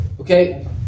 Okay